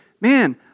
Man